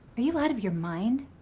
are you out of your mind?